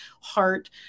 heart